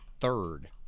third